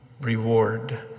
reward